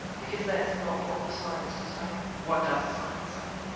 because that's not what the science is saying. what does the science say?